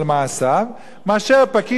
מאשר פקיד או פקידת סעד,